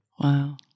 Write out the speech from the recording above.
Wow